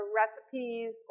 recipes